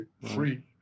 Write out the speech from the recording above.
free